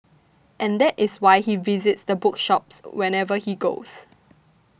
and that is why he visits bookshops whenever he goes